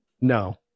no